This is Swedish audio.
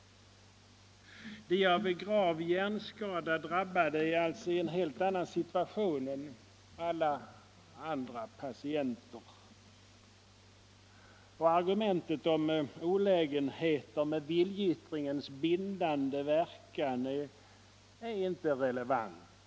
De av grav hjärnskada drabbade befinner sig alltså i en helt annan situation än alla andra patienter, och argumentet om olägenheterna med viljeyttringens bindande verkan är inte relevant.